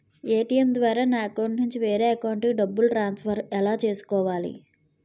ATM ద్వారా నా అకౌంట్లోనుంచి వేరే అకౌంట్ కి డబ్బులు ట్రాన్సఫర్ ఎలా చేసుకోవాలి?